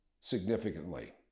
significantly